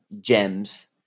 gems